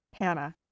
Hannah